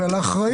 ועל האחריות.